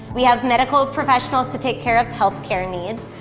we have medical professionals to take care of healthcare needs.